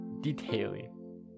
detailing